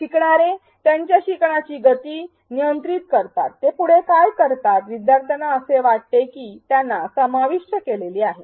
शिकणारे त्यांच्या शिकण्याची गती नियंत्रित करतात ते पुढे काय करतात विद्यार्थ्यांना असे वाटते की त्यांना समाविष्ट केलेले आहे